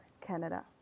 Canada